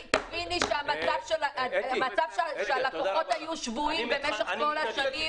תביני שהלקוחות היו שבויים במשך כל השנים.